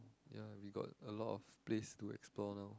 ya we got a lot place to explore lor